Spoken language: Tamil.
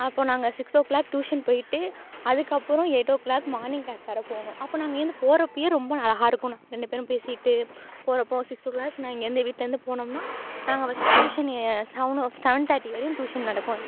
அப்போது நாங்கள் சிக்ஸ் ஓ க்ளாக் ட்யூஷன் போய்ட்டு அதுக்கப்புறம் eight o'clock morning class வேறு போகணும் அப்போ நாங்கள் இங்கேயிருந்து போகிறப்பையே ரொம்ப அழகாக இருக்கும் நாங்கள் ரெண்டு பேரும் பேசிட்டு போகிறப்போ சிக்ஸ் ஓ க்ளாக் நான் இங்கேயிருந்து வீட்டுலேருந்து போனோம்னா நாங்கள் first tuition seven o seven thirty வரையும் ட்யூஷன் நடக்கும் எங்களுக்கு